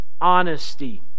honesty